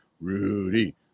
Rudy